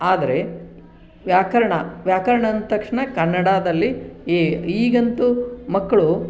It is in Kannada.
ಆದರೆ ವ್ಯಾಕರಣ ವ್ಯಾಕರಣ ಅಂದ ತಕ್ಷಣ ಕನ್ನಡದಲ್ಲಿ ಎ ಈಗಂತು ಮಕ್ಕಳು